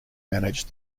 manage